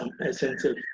essential